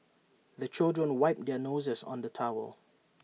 the children wipe their noses on the towel